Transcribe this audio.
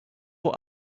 what